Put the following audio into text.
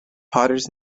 potters